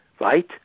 Right